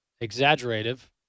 exaggerative